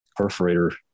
perforator